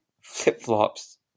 Flip-flops